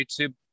YouTube